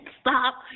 stop